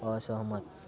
असहमत